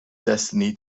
destiny